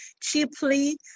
cheaply